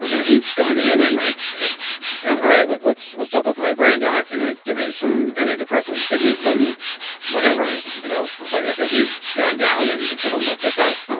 um have you gone in and like said, all, right, like what's what's up with my brain, doc? you know give me some antidepressants. give me some whatevers. you know but have you gone down and sort of looked at that?